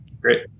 Great